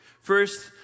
First